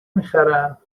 میخرم